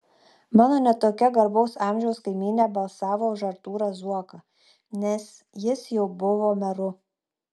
mano ne tokio garbaus amžiaus kaimynė balsavo už artūrą zuoką nes jis jau buvo meru